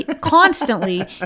Constantly